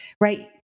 right